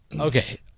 Okay